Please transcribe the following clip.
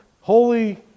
holy